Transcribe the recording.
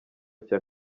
cya